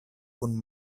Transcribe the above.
kun